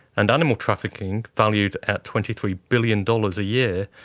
and animal trafficking, valued at twenty three billion dollars a year,